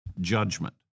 judgment